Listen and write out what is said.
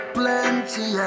plenty